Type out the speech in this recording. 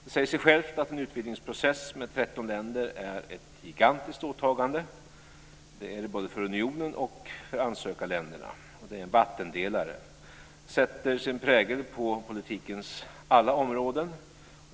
Det säger sig självt att en utvidgningsprocess med 13 länder är ett gigantiskt åtagande - det är både för unionen och för ansökarländerna en vattendelare. Det sätter sin prägel på politikens alla områden.